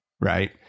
Right